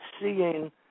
seeing